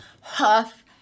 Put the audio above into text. huff